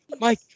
Mike